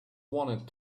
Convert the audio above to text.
wanted